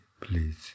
Please